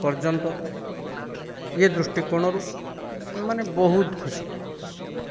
ପର୍ଯ୍ୟନ୍ତ ଏ ଦୃଷ୍ଟିକୋଣରୁ ଆମେମାନେ ବହୁତ ଖୁସି